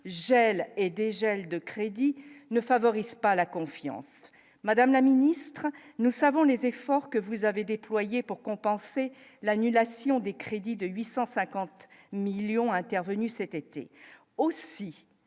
gel et dégel de crédits ne favorise pas la confiance, madame la ministre, nous savons les efforts que vous avez déployés pour compenser l'annulation des crédits de 850 millions intervenu cet été aussi